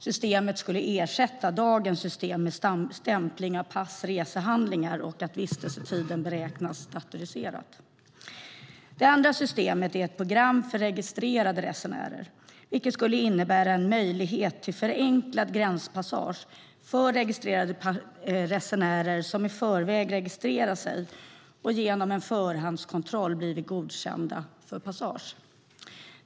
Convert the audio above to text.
Systemet skulle ersätta dagens system med stämpling av pass och resehandlingar, och att vistelsetiden beräknas datoriserat. Det andra systemet är ett program för registrerade resenärer, vilket skulle innebära en möjlighet till förenklad gränspassage för registrerade resenärer som i förväg registrerat sig och genom en förhandskontroll blivit godkända för passage.